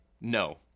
no